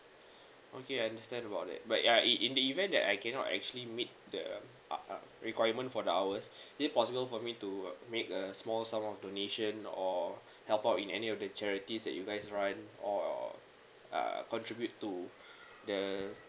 okay I understand about that but ya in in the event that I cannot actually meet the uh uh requirement for the hours is it possible for me to uh make a small sum of donation or help out in any of the charities that you guys run or uh contribute to the